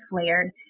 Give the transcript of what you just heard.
flared